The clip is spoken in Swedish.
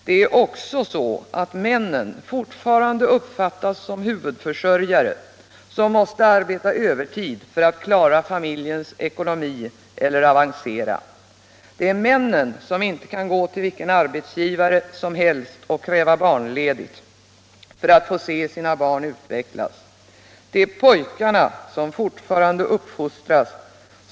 Det är också så att männen fortfarande uppfattas såsom huvudförsörjare, som måste arbeta övertid för att klara familjens ekonomi eller för att avancera. Det är männen som inte kan gå till vilken arbetsgivare som helst och kräva barnledigt för att få se stna barn utvecklas. Det är pojkarna som fortfarande uppfostras.